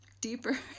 deeper